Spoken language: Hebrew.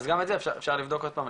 אז גם את זה אפשר לבדוק עוד פעם,